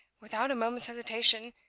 without a moment's hesitation,